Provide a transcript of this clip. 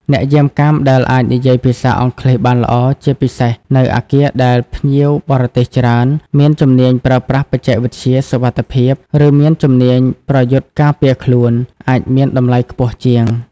អ្នកយាមកាមដែលអាចនិយាយភាសាអង់គ្លេសបានល្អ ជាពិសេសនៅអគារដែលភ្ញៀវបរទេសច្រើន មានជំនាញប្រើប្រាស់បច្ចេកវិទ្យាសុវត្ថិភាព ឬមានជំនាញប្រយុទ្ធការពារខ្លួន អាចមានតម្លៃខ្ពស់ជាង។